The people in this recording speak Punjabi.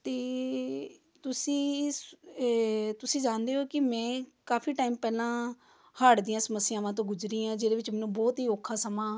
ਅਤੇ ਤੁਸੀਂ ਤੁਸੀਂ ਜਾਣਦੇ ਹੋ ਕਿ ਮੈਂ ਕਾਫ਼ੀ ਟਾਈਮ ਪਹਿਲਾਂ ਹਾਰਟ ਦੀਆਂ ਸਮੱਸਿਆਵਾਂ ਤੋਂ ਗੁਜਰੀ ਹਾਂ ਜਿਹਦੇ ਵਿੱਚ ਮੈਨੂੰ ਬਹੁਤ ਹੀ ਔਖਾ ਸਮਾਂ